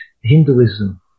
Hinduism